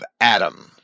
Adam